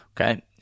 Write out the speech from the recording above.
Okay